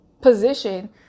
position